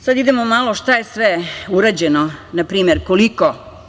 Sada idemo malo šta je sve urađeno, na primer koliko.